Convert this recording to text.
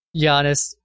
Giannis